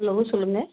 hello சொல்லுங்கள்